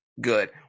good